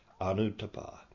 Anutapa